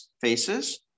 faces